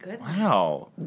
Wow